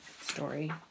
story